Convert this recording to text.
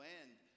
end